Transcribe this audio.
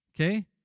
Okay